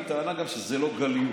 היא טענה גם שזה לא גליות,